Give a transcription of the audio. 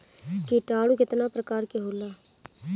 किटानु केतना प्रकार के होला?